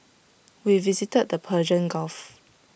we visited the Persian gulf